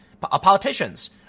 politicians